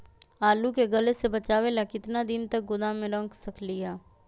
आलू के गले से बचाबे ला कितना दिन तक गोदाम में रख सकली ह?